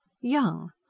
Young